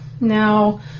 now